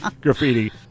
graffiti